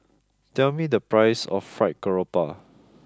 tell me the price of fried Garoupa